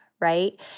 right